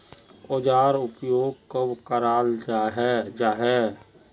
औजार उपयोग कब कराल जाहा जाहा?